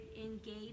Engage